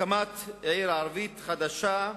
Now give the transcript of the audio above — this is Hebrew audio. הקמת עיר ערבית חדשה: